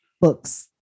books